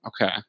Okay